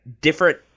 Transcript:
different